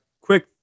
quick